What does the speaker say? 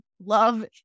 Love